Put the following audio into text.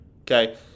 Okay